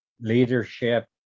leadership